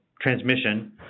transmission